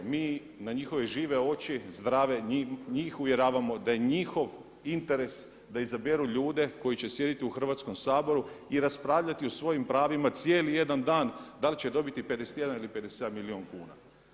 Mi na njihove žive oči, zdrave, njih uvjeravamo da je njihov interes da izaberu ljude koji će sjediti u Hrvatskom saboru i raspravljati o svojim pravima cijeli jedan dan da li će dobiti 51 ili 57 milijuna kuna.